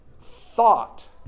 thought